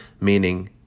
meaning